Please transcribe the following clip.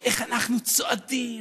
דמיינו איך אנחנו צועדים